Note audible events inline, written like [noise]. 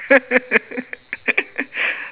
[laughs]